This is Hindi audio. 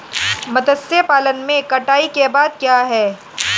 मत्स्य पालन में कटाई के बाद क्या है?